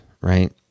right